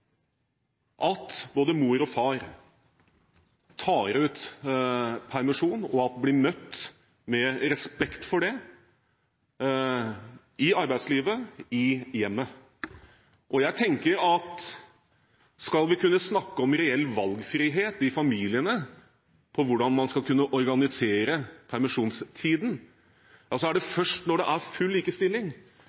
at både mor og far tar ut permisjon og blir møtt med respekt for det i arbeidslivet og i hjemmet. Skal vi kunne snakke om reell valgfrihet i familiene til hvordan man skal organisere permisjonstiden, tenker jeg at det først er når det er full likestilling,